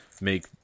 make